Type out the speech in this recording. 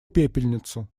пепельницу